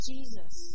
Jesus